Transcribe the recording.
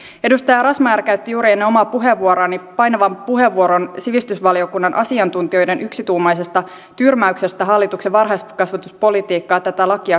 edustaja razmyar käytti juuri ennen omaa puheenvuoroani painavan puheenvuoron sivistysvaliokunnan asiantuntijoiden yksituumaisesta tyrmäyksestä hallituksen varhaiskasvatuspolitiikkaa ja tätä lakia kohtaan